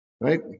right